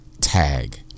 Tag